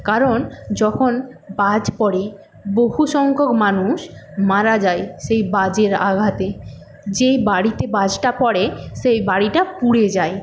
কারণ যখন বাজ পড়ে বহু সংখ্যক মানুষ মারা যায় সেই বাজের আঘাতে যেই বাড়িতে বাজটা পড়ে সেই বাড়িটা পুড়ে যায়